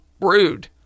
rude